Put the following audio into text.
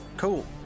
Cool